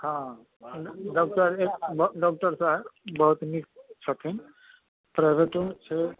हँ उ doctor doctor साहेब बहुत नीक छथिन प्राइभेटोमे छै